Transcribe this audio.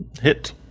Hit